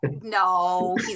No